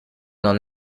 non